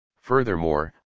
furthermore